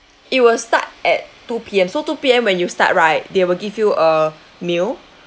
it will start at two P_M so two P_M when you start right they will give you a meal